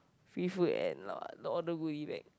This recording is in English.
free food and all the goodie bag